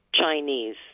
Chinese